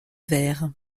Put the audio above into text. verre